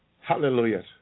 Hallelujah